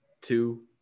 two